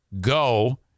go